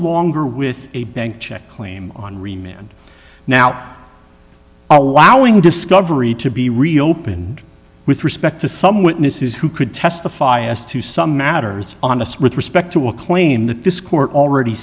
longer with a bank check claim on remain and now allowing discovery to be reopened with respect to some witnesses who could testify as to some matters honest with respect to a claim that this court already